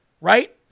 Right